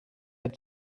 said